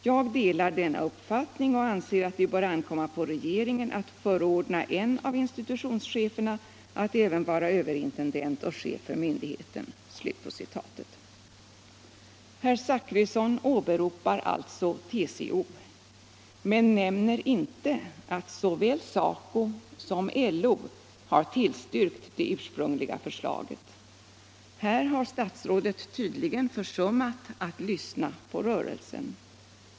Jag delar denna uppfattning och anser att det bör ankomma på regeringen att förordna en av institutionscheferna att även vara överintendent och chef för myndigheten.” Herr Zachrisson åberopar alltså TCO, men nämner inte att såväl SACO som LO har tillstyrkt det ursprungliga förslaget. Här har statsrådet tydligen försummat att lyssna på rörelsen.